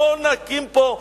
בואו נקים פה,